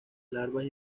larvas